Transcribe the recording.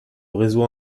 réseau